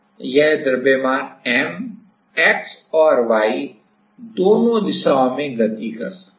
तो यह द्रव्यमान M X और Y दोनों दिशाओं में गति कर सकता है